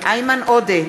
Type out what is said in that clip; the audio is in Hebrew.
איימן עודה,